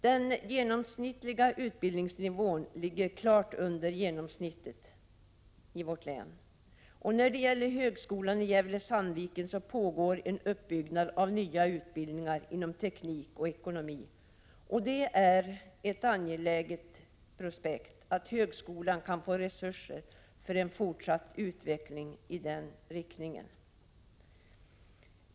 Den genomsnittliga utbildningsnivån i vårt län ligger klart under genomsnittet. När det gäller högskolan i Gävle/Sandviken pågår en uppbyggnad av nya utbildningar inom teknik och ekonomi, och det är angeläget att högskolan får resurser för en fortsatt utveckling i den riktningen.